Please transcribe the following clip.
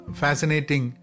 fascinating